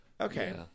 Okay